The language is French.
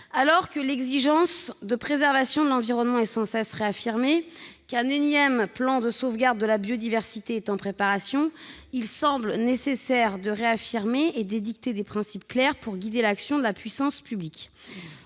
Alors que l'exigence de préservation de l'environnement est sans cesse réaffirmée et qu'un énième plan de sauvegarde de la biodiversité est en préparation, il semble nécessaire d'édicter des principes clairs pour guider l'action de la puissance publique.